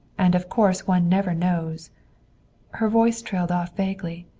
and of course one never knows her voice trailed off vaguely.